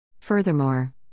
Furthermore